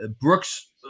Brooks